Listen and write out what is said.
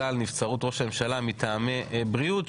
על נבצרות ראש הממשלה מטעמי בריאות,